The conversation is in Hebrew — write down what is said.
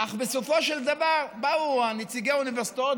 אך בסופו של דבר באו נציגי האוניברסיטאות,